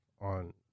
on